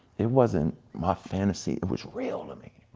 it wasn't my fantasy, it was real to me.